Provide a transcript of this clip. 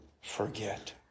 forget